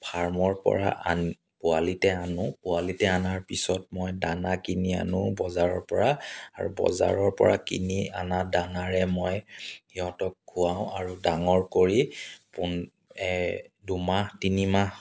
ফাৰ্মৰ পৰা আন্ পোৱালিতে আনো পোৱালিতে অনাৰ পিছত মই দানা কিনি আনো বজাৰৰ পৰা আৰু বজাৰৰ পৰা কিনি অনা দানাৰে মই সিহঁতক খুৱাওঁ আৰু ডাঙৰ কৰি পুন দুমাহ তিনিমাহ